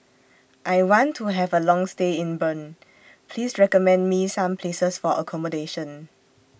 I want to Have A Long stay in Bern Please recommend Me Some Places For accommodation